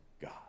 God